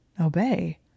Obey